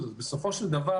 בסופו של דבר,